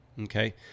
Okay